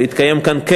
בין